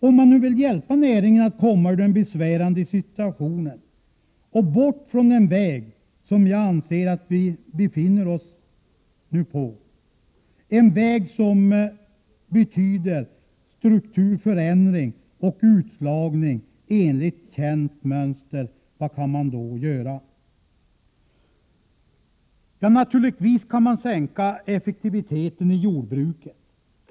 Om man vill hjälpa näringen att komma ur denna besvärliga situation och bort från denna väg som betyder strukturförändring och utslagning enligt känt mönster, vad kan man då göra? Man kan naturligtvis sänka effektiviteten i jordbruket.